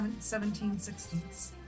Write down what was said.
1760s